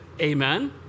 amen